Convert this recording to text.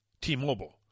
T-Mobile